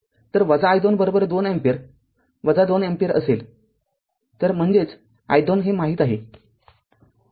तर i२ २अँपिअर २ अँपिअर असेल तरम्हणजेच i२ हे माहीत आहे